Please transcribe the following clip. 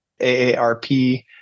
AARP